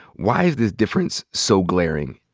why is this difference so glaring?